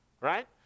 right